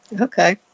Okay